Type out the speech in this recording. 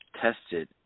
tested